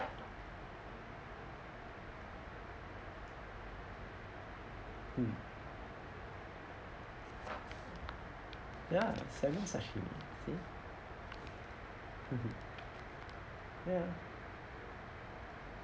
hmm ya salmon sashimi see ya